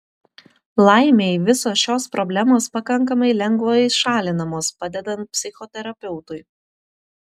laimei visos šios problemos pakankamai lengvai šalinamos padedant psichoterapeutui